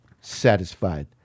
satisfied